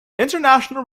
international